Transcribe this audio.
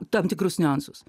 tam tikrus niuansus